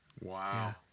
Wow